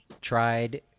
tried